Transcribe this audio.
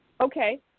Okay